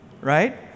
right